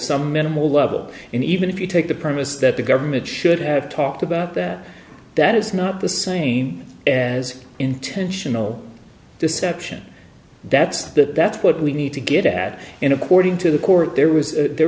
some minimal level and even if you take the premise that the government should have talked about that that is not the same as intentional deception that's that that's what we need to get at in according to the court there was there